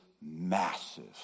massive